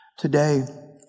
Today